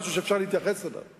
משהו שאפשר להתייחס אליו?